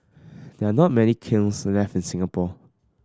there are not many kilns left in Singapore